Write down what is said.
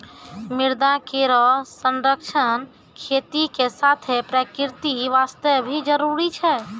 मृदा केरो संरक्षण खेती के साथें प्रकृति वास्ते भी जरूरी छै